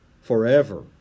forever